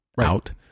out